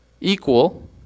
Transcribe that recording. equal